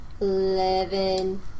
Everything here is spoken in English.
Eleven